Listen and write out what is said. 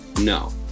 no